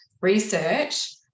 research